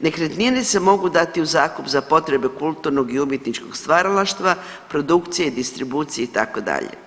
Nekretnine se mogu dati u zakup za potrebe kulturnog i umjetničkog stvaralaštva, produkcije i distribucije itd.